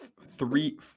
three